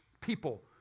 people